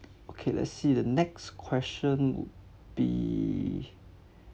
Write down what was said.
okay let's see the next question would be